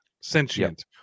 Sentient